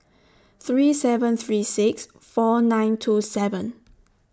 three seven three six four nine two seven